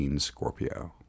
Scorpio